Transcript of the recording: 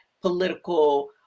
political